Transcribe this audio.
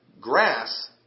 grass